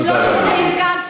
הם לא נמצאים כאן.